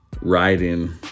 riding